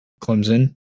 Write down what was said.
Clemson